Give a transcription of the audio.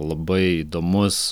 labai įdomus